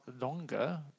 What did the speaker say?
longer